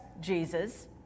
Jesus